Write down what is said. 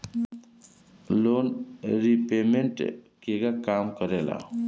Loan repayment केगा काम करेला?